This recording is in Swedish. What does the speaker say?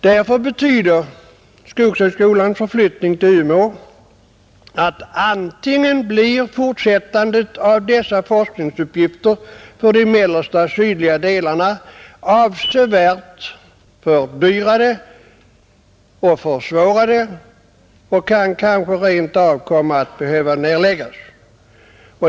Därför betyder skogshögskolans förflyttning till Umeå antingen att dessa forskningsuppgifter för de mellersta och sydliga delarna i fortsättningen blir avsevärt fördyrade och försvårade eller att de rent av kan komma att behöva nedläggas.